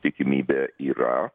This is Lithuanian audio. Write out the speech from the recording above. tikimybė yra